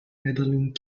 medaling